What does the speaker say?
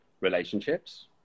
relationships